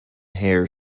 hair